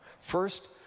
First